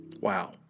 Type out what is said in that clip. wow